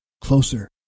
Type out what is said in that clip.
Closer